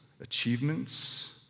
Achievements